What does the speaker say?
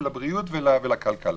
לבריאות ולכלכלה.